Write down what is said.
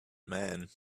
man